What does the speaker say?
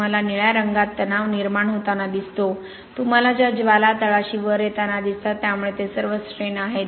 तुम्हाला निळ्या रंगात तणाव निर्माण होताना दिसतो तुम्हाला त्या ज्वाला तळाशी वर येताना दिसतात त्यामुळे ते सर्व स्ट्रैन आहेत